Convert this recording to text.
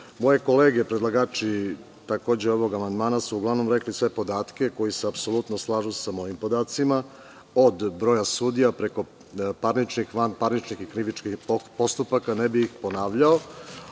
moje kolege predlagači takođe ovog amandmana su uglavnom rekli sve podatke koji se apsolutno slažu sa mojim podacima, od broja sudija, preko parničnih, vanparničnih i krivičnih postupaka, tako da ne bih ponavljao,